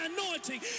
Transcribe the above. anointing